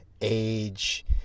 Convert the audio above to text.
age